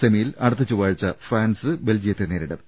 സെമിയിൽ അടുത്ത ചൊവ്വാഴ്ച ഫ്രാൻസ് ബെൽജി യത്തെ നേരിടും